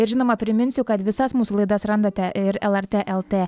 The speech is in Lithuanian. ir žinoma priminsiu kad visas mūsų laidas randate ir lrt lt